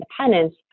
independence